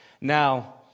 Now